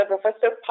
Professor